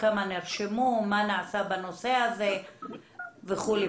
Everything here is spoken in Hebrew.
כמה נרשמו, מה נעשה בנושא הזה, וכו'.